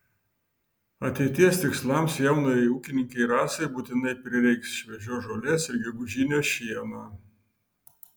ateities tikslams jaunajai ūkininkei rasai būtinai prireiks šviežios žolės ir gegužinio šieno